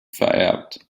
vererbt